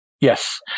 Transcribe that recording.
Yes